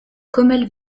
commelle